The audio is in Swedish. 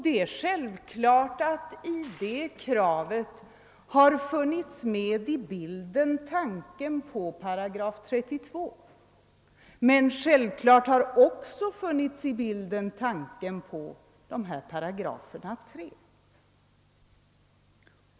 Det är självklart att tanken på § 32 har funnits med i bilden, men det har också gällt tanken på 3 §.